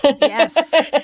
Yes